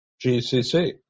GCC